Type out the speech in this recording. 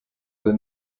del